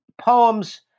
Poems